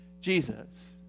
Jesus